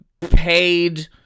paid